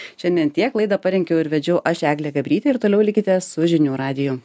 šiandien tiek laidą parengiau ir vedžiau aš eglė gabrytė ir toliau likite su žinių radiju